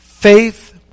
Faith